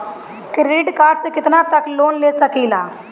Credit card से कितना तक लोन ले सकईल?